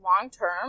long-term